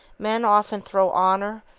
men often throw honor,